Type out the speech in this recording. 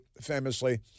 famously